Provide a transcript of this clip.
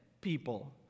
people